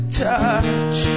touch